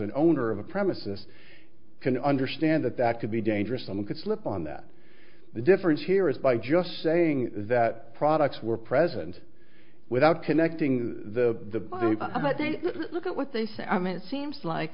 an owner of a premises can understand that that could be dangerous someone could slip on that the difference here is by just saying that products were present without connecting the look at what they say i mean it seems like